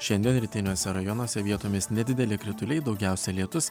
šiandien rytiniuose rajonuose vietomis nedideli krituliai daugiausiai lietus